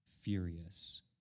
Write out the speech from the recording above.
furious